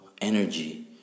energy